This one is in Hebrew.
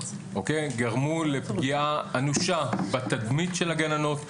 גרמו לפגיעה אנושה בתדמית של הגננות.